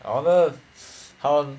I wonder how